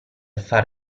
far